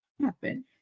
happen